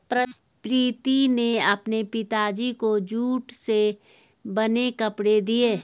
प्रीति ने अपने पिताजी को जूट से बने कपड़े दिए